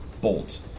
bolt